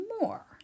more